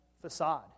facade